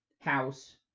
house